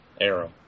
Arrow